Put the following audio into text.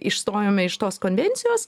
išstojome iš tos konvencijos